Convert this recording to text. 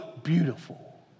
beautiful